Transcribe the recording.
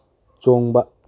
ꯆꯣꯡꯕ